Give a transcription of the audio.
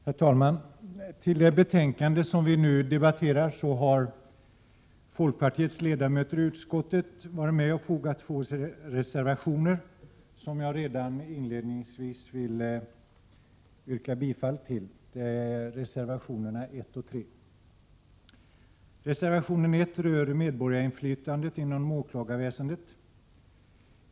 Herr talman! Till det betänkande som vi nu debatterar har folkpartiets ledamöter i utskottet fogat två reservationer, som jag redan inledningsvis vill yrka bifall till. Det är reservationerna 1 och 3. Reservation 1 rör medborgarinflytandet inom åklagarväsendet.